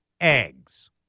eggs